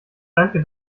danke